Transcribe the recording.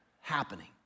happening